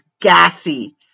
gassy